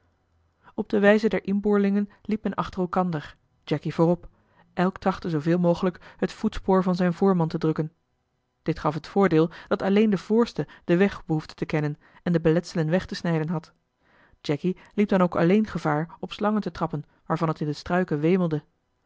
op de wijze der inboorlingen liep men achter elkander jacky voorop elk trachtte zooveel mogelijk het voetspoor van zijn voorman te drukken dit gaf het voordeel dat alleen de voorste den weg behoefde te kennen en de beletselen weg te snijden had jacky liep dan ook alleen gevaar op slangen te trappen waarvan het in de struiken wemelde